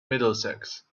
middlesex